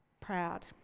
proud